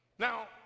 Now